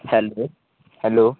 hello hello